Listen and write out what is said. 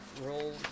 roll